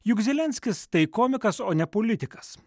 juk zelenskis tai komikas o ne politikas